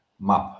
map